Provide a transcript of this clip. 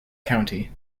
county